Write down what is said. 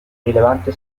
rilevante